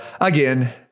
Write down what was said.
again